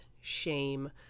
shame